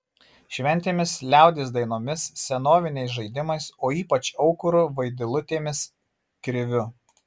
šventėmis liaudies dainomis senoviniais žaidimais o ypač aukuru vaidilutėmis kriviu